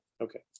Okay